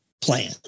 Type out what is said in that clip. plan